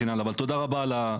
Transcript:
תודה רבה על הזמן.